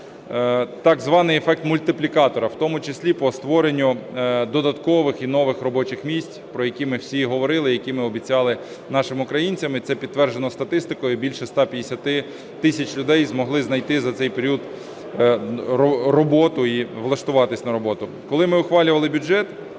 так званий ефект мультиплікатора, в тому числі по створенню додаткових і нових робочих місць, про які ми всі говорили і які ми обіцяли нашим українцям. І це підтверджено статистикою: більше 150 тисяч людей змогли знайти за цей період роботу і влаштуватися на роботу. Коли ми ухвалювали бюджет